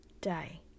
day